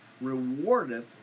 rewardeth